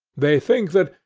they think that,